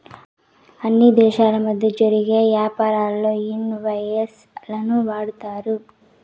అన్ని దేశాల మధ్య జరిగే యాపారాల్లో ఇన్ వాయిస్ లను వాడతారు